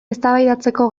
eztabaidatzeko